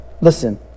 listen